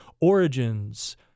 Origins